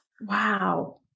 Wow